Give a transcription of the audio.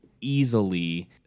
easily